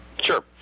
Sure